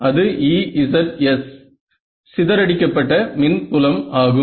அது Ezsசிதறடிக்கப்பட்ட மின் புலம் ஆகும்